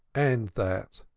and that,